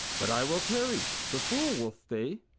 but i will tarry the fool will stay,